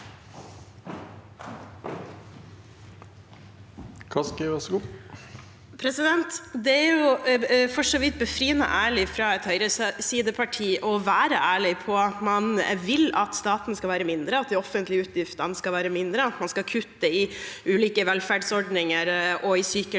Det er for så vidt befriende ærlig fra et høyresideparti at man er ærlig på at man vil at staten skal være mindre, at de offentlige utgiftene skal være mindre, og at man skal kutte i ulike velferdsordninger og sykelønnen.